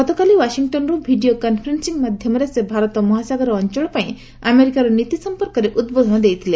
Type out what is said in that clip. ଗତକାଲି ଓ୍ବାଶିଂଟନ୍ରୁ video conferencing ମାଧ୍ୟମରେ ସେ ଭାରତ ମହାସାଗର ଅଞ୍ଚଳ ପାଇଁ ଆମେରିକାର ନୀତି ସମ୍ପର୍କରେ ଉଦ୍ବୋଧନ ଦେଇଥିଲେ